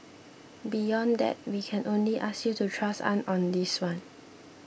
beyond that we can only ask you to trust us on this one